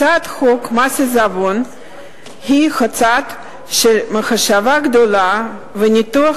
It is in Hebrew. הצעת חוק מס עיזבון היא תוצאה של מחשבה גדולה וניתוח